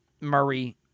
Murray